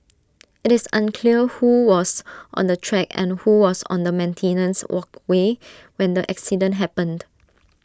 IT is unclear who was on the track and who was on the maintenance walkway when the accident happened